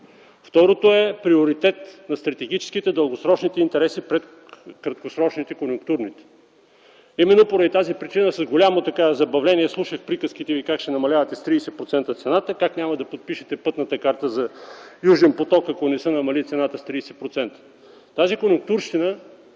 Второто е приоритет на стратегическите, дългосрочните интереси пред краткосрочните, конюнктурните. Именно поради тази причина с голямо забавление слушах приказките Ви как ще намалявате с 30% цената, как няма да подпишете пътната карта за „Южен поток”, ако не се намали цената с 30%. Много